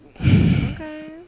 Okay